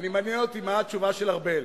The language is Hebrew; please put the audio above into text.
מעניין אותי מה התשובה של ארבל.